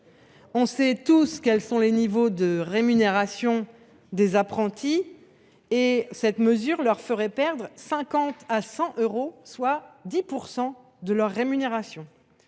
On sait tous quels sont les niveaux de rémunération des apprentis. Cette mesure leur ferait perdre entre 50 euros et 100 euros, soit 10 % de leur rémunération.